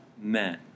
men